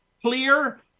clear